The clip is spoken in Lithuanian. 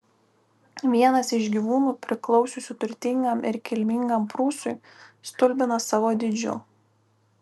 vienas iš gyvūnų priklausiusių turtingam ir kilmingam prūsui stulbina savo dydžiu